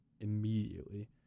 immediately